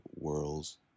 worlds